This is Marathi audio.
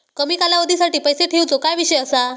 कमी कालावधीसाठी पैसे ठेऊचो काय विषय असा?